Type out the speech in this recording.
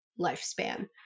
lifespan